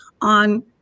on